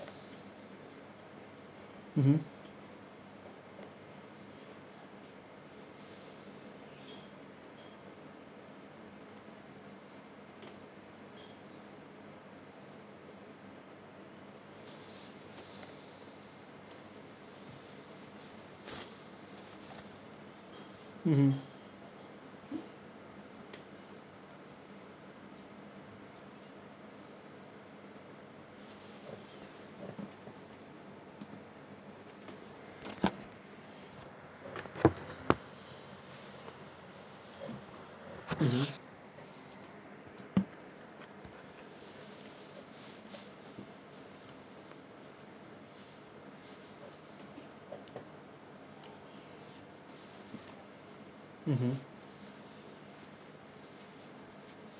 mmhmm mmhmm mmhmm mmhmm